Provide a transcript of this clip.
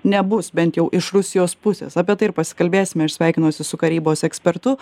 nebus bent jau iš rusijos pusės apie tai ir pasikalbėsime aš sveikinuosi su karybos ekspertu